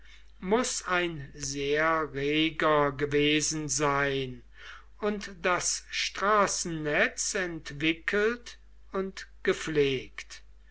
muß ein sehr reger gewesen sein und das straßennetz entwickelt und gepflegt